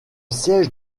siège